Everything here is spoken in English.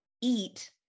eat